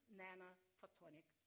nanophotonic